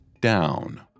down